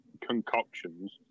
concoctions